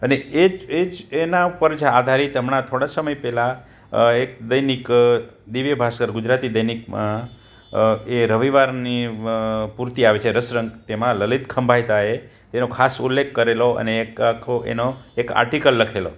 અને એજ એજ એના પર જે આધારિત હમણાં થોડા સમય પહેલા એક દૈનિક દિવ્ય ભાસ્કર ગુજરાતી દૈનિકમાં એ રવિવારની પૂર્તિ આવે છે રસરંગ તેમાં લલીત ખંભાએતાએ એનો ખાસ ઉલ્લેખ કરેલો અને એક આખો એનો એક આર્ટીકલ લખેલો